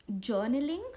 journaling